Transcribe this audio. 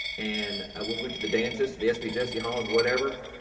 and went went to the dances to the sp jessie halls, whatever,